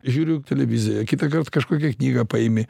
žiūriu televiziją kitąkart kažkokią knygą paėmi